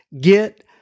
get